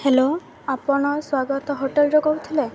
hello ଆପଣ ସ୍ଵାଗତ ହୋଟେଲ୍ରୁ କହୁଥିଲେ